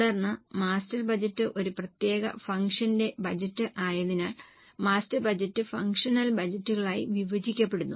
തുടർന്ന് master budget ഒരു പ്രത്യേക ഫംഗ്ഷന്റെ ബജറ്റ് ആയതിനാൽ മാസ്റ്റർ ബജറ്റ് ഫംഗ്ഷണൽ ബജറ്റുകളായി വിഭജിക്കപ്പെടുന്നു